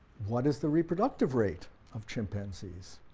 what is the reproductive rate of chimpanzees?